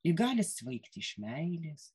ji gali svaigti iš meilės